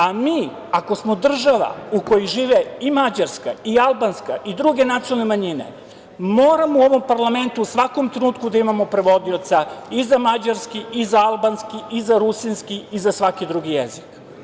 A, mi ako smo država u kojoj žive i mađarska i albanska i druge nacionalne manjine moramo u ovom parlamentu u svakom trenutku da imamo prevodioca i za mađarski i za albanski i za rusinski i za svaki drugi jezik.